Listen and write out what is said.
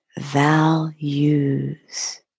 values